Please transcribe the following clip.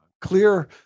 clear